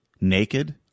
naked